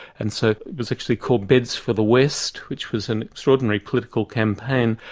and so it was actually called beds for the west, which was an extraordinary political campaign.